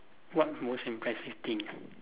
what most impressive thing ah